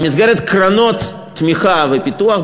במסגרת קרנות תמיכה ופיתוח,